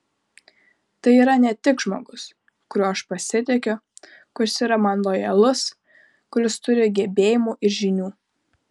tai yra ne tik žmogus kuriuo aš pasitikiu kuris yra man lojalus kuris turi gebėjimų ir žinių